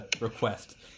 request